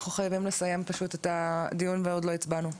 אנחנו חייבים לסיים את הדיון ועוד לא הצבענו.